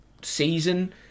season